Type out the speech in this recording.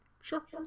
Sure